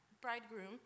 bridegroom